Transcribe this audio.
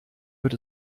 wird